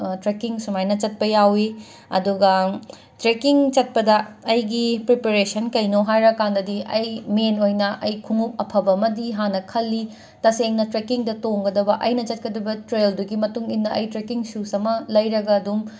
trekking ꯁꯨꯃꯥꯏꯅ ꯆꯠꯄ ꯌꯥꯎꯏ ꯑꯗꯨꯒ ꯇ꯭ꯔꯦꯛꯀꯤꯡ ꯆꯠꯄꯗ ꯑꯩꯒꯤ ꯄ꯭ꯔꯤꯄꯦꯔꯦꯁꯟ ꯀꯩꯅꯣ ꯍꯥꯏꯔꯀꯥꯟꯗꯗꯤ ꯑꯩ ꯃꯦꯟ ꯑꯣꯏꯅ ꯑꯩ ꯈꯣꯡꯎꯞ ꯑꯐꯕ ꯑꯃꯗꯤ ꯍꯥꯟꯅ ꯈꯜꯂꯤ ꯇꯁꯦꯡꯅ ꯇ꯭ꯔꯦꯛꯀꯤꯡꯗ ꯇꯣꯡꯒꯗꯕ ꯑꯩꯅ ꯆꯠꯀꯗꯕ ꯇ꯭ꯔꯦꯜꯗꯨꯒꯤ ꯃꯇꯨꯡ ꯏꯟꯅ ꯑꯩ ꯇ꯭ꯔꯦꯛꯀꯤꯡ ꯁꯨꯁ ꯑꯃ ꯂꯩꯔꯒ ꯑꯗꯨꯝ